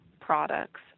products